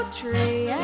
tree